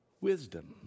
wisdom